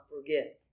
forget